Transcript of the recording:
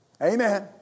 Amen